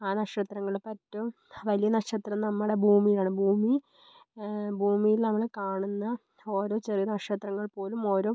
ആ നക്ഷത്രങ്ങളിൽ ഇപ്പോൾ ഏറ്റവും വലിയ നക്ഷത്രം നമ്മുടെ ഭൂമിയാണ് ഭൂമി ഭൂമിയിൽ നമ്മൾ കാണുന്ന ഓരോ ചെറിയ നക്ഷത്രങ്ങൾ പോലും ഓരോ